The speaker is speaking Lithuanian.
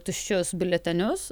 tuščius biuletenius